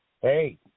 Hey